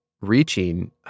reaching